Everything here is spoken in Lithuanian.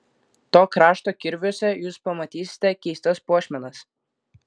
to krašto kirviuose jūs pamatysite keistas puošmenas